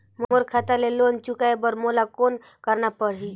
मोर खाता ले लोन चुकाय बर मोला कौन करना पड़ही?